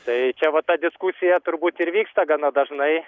tai čia va ta diskusija turbūt ir vyksta gana dažnai